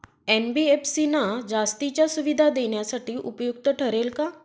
NBFC ना जास्तीच्या सुविधा देण्यासाठी उपयुक्त ठरेल का?